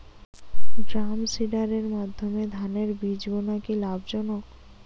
ড্রামসিডারের মাধ্যমে ধানের বীজ বোনা কি লাভজনক?